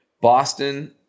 Boston